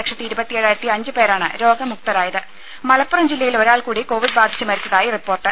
ദരദ മലപ്പുറം ജില്ലയിൽ ഒരാൾകൂടി കോവിഡ് ബാധിച്ച് മരിച്ചതായി റിപ്പോർട്ട്